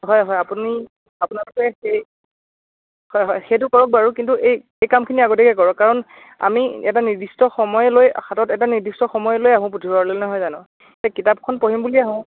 হয় হয় আপুনি আপোনালোকে সেই হয় হয় সেইটো কৰক বাৰু কিন্তু এই এই কামখিনি আগতীয়াকৈ কৰক কাৰণ আমি এটা নিৰ্দিষ্ট সময় লৈ হাতত এটা নিৰ্দিষ্ট সময় লৈ আহোঁ পুথিভঁৰাললৈ নহয় জানো এই কিতাপখন পঢ়িম বুলি আহোঁ